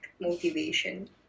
motivation